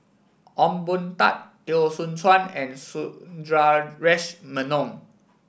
Ong Boon Tat Teo Soon Chuan and Sundaresh Menon